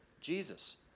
Jesus